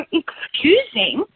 excusing